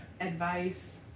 Advice